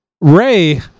Ray